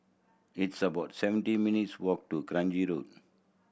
it's about seventeen minutes' walk to Kranji Road